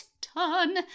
ton